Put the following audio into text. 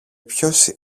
ποιος